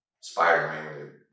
Spider-Man